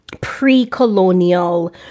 pre-colonial